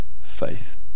faith